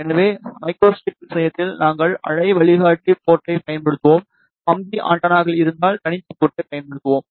எனவே மைக்ரோஸ்ட்ரிப் விஷயத்தில் நாங்கள் அலை வழிகாட்டி போர்டைப் பயன்படுத்துவோம் கம்பி ஆண்டெனாக்கள் இருந்தால் தனித்த போர்டைப் பயன்படுத்துவோம்